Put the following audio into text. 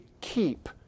keep